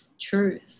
truth